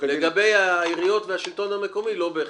לגבי העיריות והשלטון המקומי, לא בהכרח.